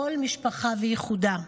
כל משפחה וייחודה.